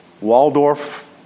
Waldorf